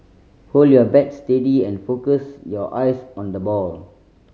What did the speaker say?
hold your bat steady and focus your eyes on the ball